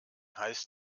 heißt